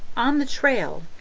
on the trail,